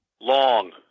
Long